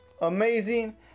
amazing